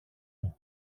του